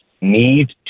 need